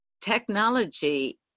technology